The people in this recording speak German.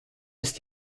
ist